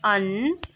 on